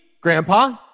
grandpa